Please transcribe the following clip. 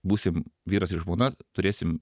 būsim vyras ir žmona turėsim